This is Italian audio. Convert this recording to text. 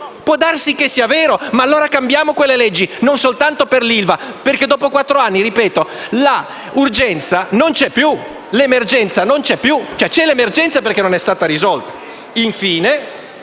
può darsi che sia vero, ma allora cambiamo quelle leggi, non solo per l'ILVA, perché dopo quattro anni - ripeto - l'urgenza non c'è più (resta l'emergenza perché il problema non è stato risolto).